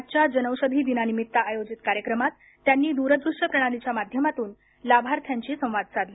आजच्या जनौषधी दिनानिमित्त आयोजित कार्यक्रमात त्यांनी दूरदृष्य प्रणालीच्या माध्यमातून लाभाथ्यांशी संवाद साधला